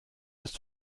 ist